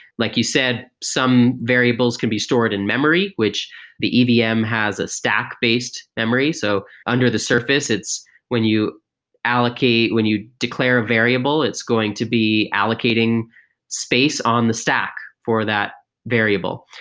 like you said, some variables can be stored in memory, which the the evm has a stack-based memory. so under the surface it's when you allocate when you declare a variable, it's going to be allocating space on the stack for that variable.